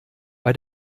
bei